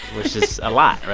which is a lot, right?